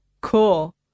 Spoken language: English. Cool